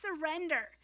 surrender